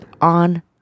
On